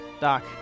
Doc